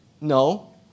No